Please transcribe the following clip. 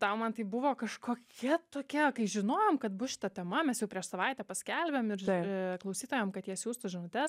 tau man tai buvo kažkokia tokia kai žinojom kad bus šita tema mes jau prieš savaitę paskelbėm ir ž klausytojam kad jie siųstų žinutes